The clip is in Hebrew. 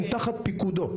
הם תחת פיקודו.